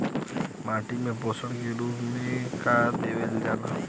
माटी में पोषण के रूप में का देवल जाला?